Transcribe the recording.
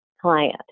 client